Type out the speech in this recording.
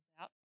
out